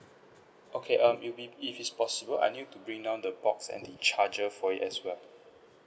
okay um it'll be if it's possible I'll need you to bring down the box and the charger for it as well